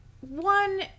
One